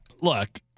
look